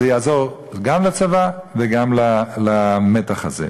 זה יעזור גם לצבא וגם למתח הזה.